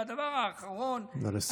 והדבר האחרון, נא לסיים.